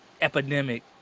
epidemic